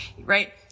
right